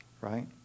right